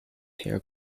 hare